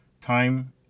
time